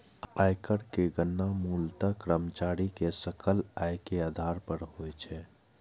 आयकर के गणना मूलतः कर्मचारी के सकल आय के आधार पर होइ छै